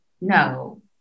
no